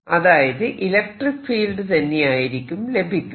അതായത് electric field തന്നെയായിരിക്കും ലഭിക്കുക